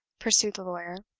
pursued the lawyer,